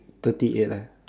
thirty eight ah